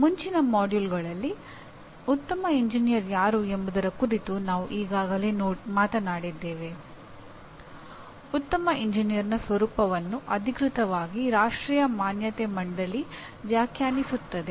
ಮುಂಚಿನ ಪಠ್ಯಕ್ರಮಗಳಲ್ಲಿ ಉತ್ತಮ ಎಂಜಿನಿಯರ್ ಯಾರು ಎಂಬುದರ ಕುರಿತು ನಾವು ಈಗಾಗಲೇ ಮಾತನಾಡಿದ್ದೇವೆ ಉತ್ತಮ ಎಂಜಿನಿಯರ್ನ ಸ್ವರೂಪವನ್ನು ಅಧಿಕೃತವಾಗಿ ರಾಷ್ಟ್ರೀಯ ಮಾನ್ಯತೆ ಮಂಡಳಿ ವ್ಯಾಖ್ಯಾನಿಸುತ್ತದೆ